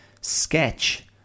sketch